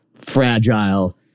fragile